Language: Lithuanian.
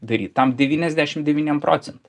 daryt tam devyniasdešim devyniem procentam